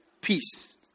peace